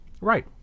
Right